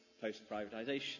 post-privatisation